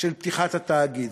של פתיחת התאגיד.